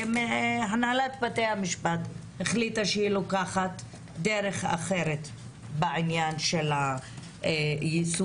והנהלת בתי המשפט החליטה שהיא לוקחת דרך אחרת בעניין של היישום,